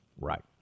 Right